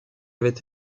avait